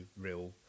real